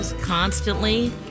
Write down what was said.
constantly